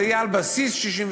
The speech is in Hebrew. "זה יהיה על בסיס 67'",